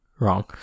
Wrong